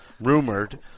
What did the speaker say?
rumored